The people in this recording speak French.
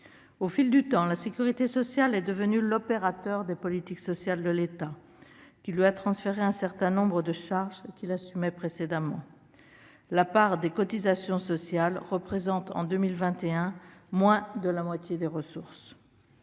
Au fil du temps, la sécurité sociale est devenue l'opérateur des politiques sociales de l'État, qui lui a transféré un certain nombre de charges qu'il assumait jusqu'alors. La part des cotisations sociales représente, en 2021, moins de la moitié des ressources